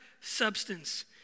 substance